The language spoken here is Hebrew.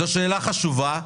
זאת שאלה חשובה,